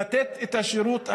לתת את השירות הזה.